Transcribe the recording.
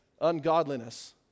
ungodliness